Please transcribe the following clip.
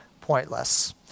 pointless